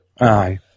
Aye